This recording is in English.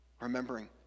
remembering